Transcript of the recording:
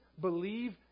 believe